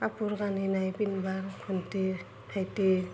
কাপোৰ কানি নাই পিন্ধিব ভন্টিৰ ভাইটিৰ